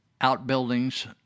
outbuildings